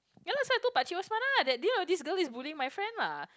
ya lor so I told Pakcik Osman lah that you know this girl is bullying my friend lah